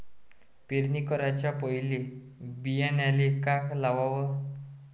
पेरणी कराच्या पयले बियान्याले का लावाव?